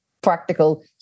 practical